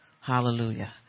Hallelujah